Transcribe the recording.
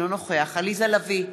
אינו נוכח עליזה לביא,